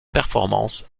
performances